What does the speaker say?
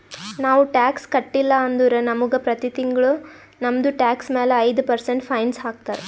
ನಾವು ಟ್ಯಾಕ್ಸ್ ಕಟ್ಟಿಲ್ಲ ಅಂದುರ್ ನಮುಗ ಪ್ರತಿ ತಿಂಗುಳ ನಮ್ದು ಟ್ಯಾಕ್ಸ್ ಮ್ಯಾಲ ಐಯ್ದ ಪರ್ಸೆಂಟ್ ಫೈನ್ ಹಾಕ್ತಾರ್